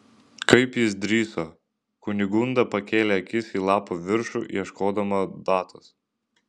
kaip jis drįso kunigunda pakėlė akis į lapo viršų ieškodama datos